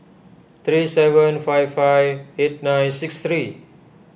three seven five five eight nine six three